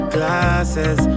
Glasses